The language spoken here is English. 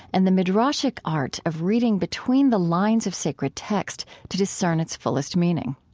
and the midrashic art of reading between the lines of sacred text to discern its fullest meaning.